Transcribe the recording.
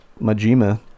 Majima